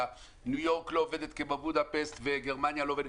ניו יורק לא עובדת ובודפשט לא עובדת וגרמניה לא עובדת.